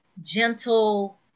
gentle